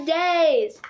days